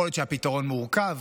יכול להיות שהפתרון מורכב,